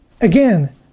Again